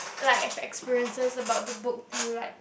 like have experiences about the book do you like